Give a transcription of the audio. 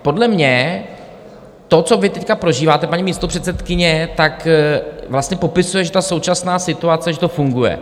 Podle mě to, co vy teď prožíváte, paní místopředsedkyně, tak vlastně popisuje, že ta současná situace, že to funguje.